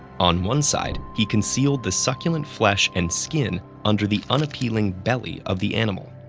on one side, he concealed the succulent flesh and skin under the unappealing belly of the animal.